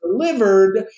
delivered